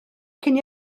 cyn